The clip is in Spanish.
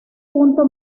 punto